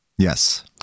Yes